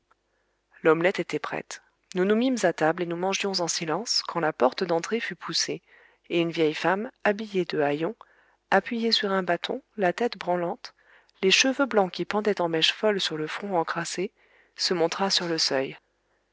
l'omelette était prête nous nous mîmes à table et nous mangions en silence quand la porte d'entrée fut poussée et une vieille femme habillée de haillons appuyée sur un bâton la tête branlante les cheveux blancs qui pendaient en mèches folles sur le front encrassé se montra sur le seuil